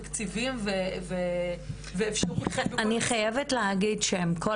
תקציבים --- אני חייבת להגיד שעם כל